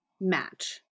match